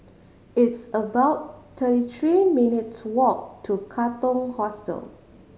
it's about thirty three minutes' walk to Katong Hostel